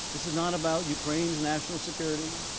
this is not about ukraine's national security.